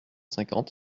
cinquante